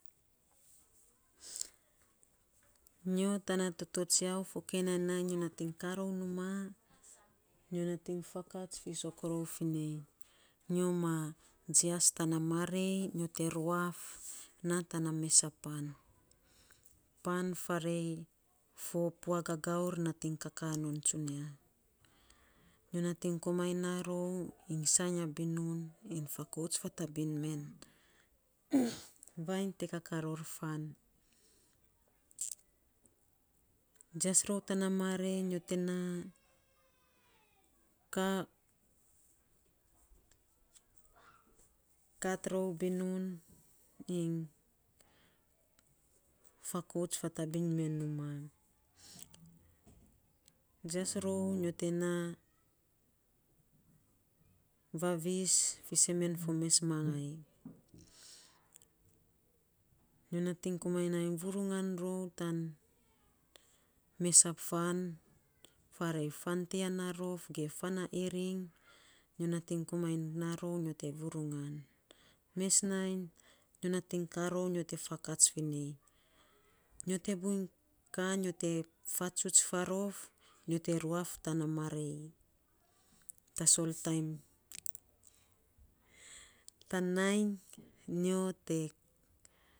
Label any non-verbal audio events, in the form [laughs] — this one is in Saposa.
Nyo tana toto tsiau fokinai nainy nyo kaa rou numaa. Nyo natiny faakats fiisok fi rou nei nyo ma jias tana marei, nyo te ruaf maa tana mesa pan, pan faarei fo pua gaagaur matiny kak ron tsunia. Nyo natiny komainy naa rou iny sainy a binun iny aakouts fatabiny [noise] men vainy te na kaa ror fan. Jias rou tana marei, nyo te na kaa kat rou binun iny faakouts fatabiny mee numaa, jias rou tana marei nyo te nan vavis fiisen men fo mes mangai, nyo natiny komainy na vurungan rou tan mesa fan faarei fan to ya na rof ge fan a iring, nyo nating komainy na rou nyo te vurungan mes nainy nyo natiny komainy naa rou nyo te fakats fi nei nyo te buiny kaa nyo to faatsuts faarof nyo te ruaf tana meri tasol [unintelligible] [laughs] tan nainy nyo te. [hesitation]